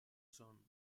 son